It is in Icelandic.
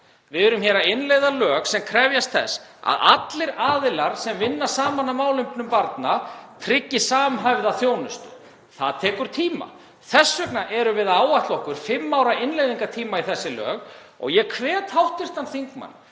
Við erum hér að innleiða lög sem krefjast þess að allir aðilar sem vinna saman að málefnum barna tryggi samhæfða þjónustu. Það tekur tíma. Þess vegna erum við að áætla okkur fimm ára innleiðingartíma í þessi lög. Ég hvet hv. þingmann